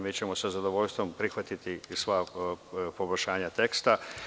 Mi ćemo sa zadovoljstvom prihvatiti sva poboljšanja teksta.